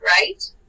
right